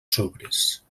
sobres